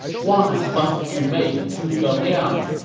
why must you make zhuge liang!